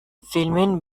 filmin